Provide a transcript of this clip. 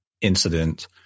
incident